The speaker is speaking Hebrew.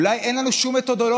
אולי אין לנו שום מתודולוגיה.